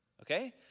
Okay